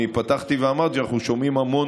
אני פתחתי ואמרתי שאנחנו שומעים המון,